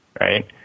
right